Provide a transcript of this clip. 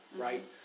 right